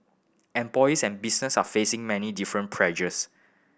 employers and business are facing many different pressures